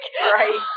Right